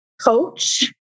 coach